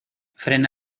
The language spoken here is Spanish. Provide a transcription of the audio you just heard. frena